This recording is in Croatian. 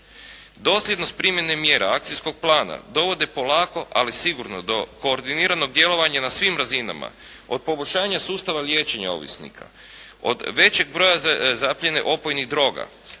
Dosljednost primjene mjera akcijskog plana dovode polako ali sigurno do koordiniranog djelovanja na svim razinama od poboljšanja sustava liječenja ovisnika. Od većeg broja zaplijene opojnih droga.